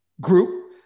group